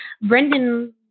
Brendan